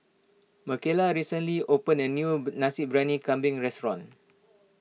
Micaela recently opened a new Nasi Briyani Kambing restaurant